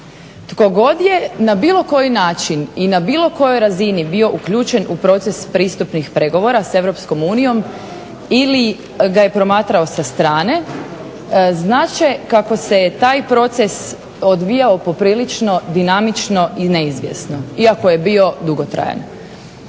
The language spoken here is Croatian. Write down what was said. Tko god je na bilo koji način i na bilo kojoj razini bio uključen u proces pristupnih pregovora sa Europskom unijom ili ga je promatrao sa strane znati će kako se taj proces odvijao prilično dinamično i neizvjesno iako je bio dugotrajan.